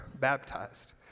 baptized